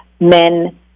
men